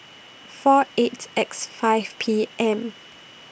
four eight X five P M